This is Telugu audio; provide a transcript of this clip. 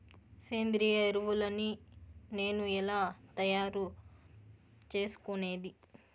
సేంద్రియ ఎరువులని నేను ఎలా తయారు చేసుకునేది?